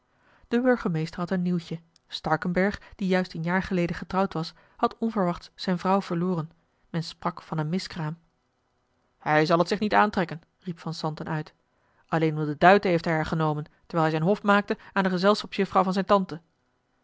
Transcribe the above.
de burgemeester had een nieuwtje starkenberg die juist een jaar geleden getrouwd was had onverwachts zijn vrouw verloren men sprak van een miskraam hij zal t zich niet aantrekken riep van zanten uit alleen om de duiten heeft hij haar genomen terwijl hij zijn hof maakte aan de gezelschapsjufvrouw van zijn tante